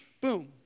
boom